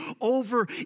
over